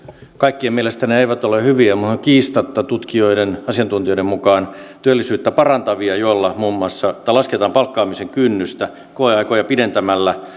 kaikkien mielestä ne eivät ole hyviä mutta ne ovat kiistatta tutkijoiden ja asiantuntijoiden mukaan työllisyyttä parantavia joilla muun muassa lasketaan palkkaamisen kynnystä koeaikoja pidentämällä